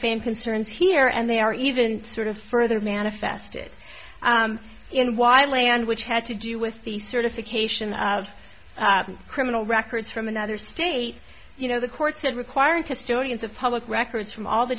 same concerns here and they are even sort of further manifested in why land which had to do with the certification of criminal records from another state you know the court said requiring custodians of public records from all the